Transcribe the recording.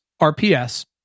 RPS